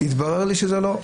התברר לי שזה לא.